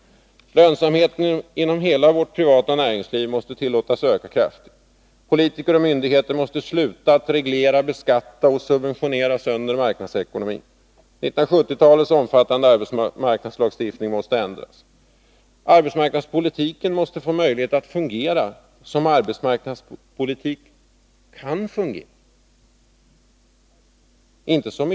Lönsamheten inom hela vårt privata näringsliv måste tillåtas öka kraftigt. Politiker och myndigheter måste sluta att reglera, beskatta och subventionera sönder vår marknadsekonomi. 1970-talets omfattande arbetsmarknadslagstiftning måste ändras. Arbetsmarknadspolitiken måste få möjlighet att fungera som arbetsmarknadspolitik skall fungera.